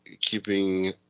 keeping